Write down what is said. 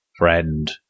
Friend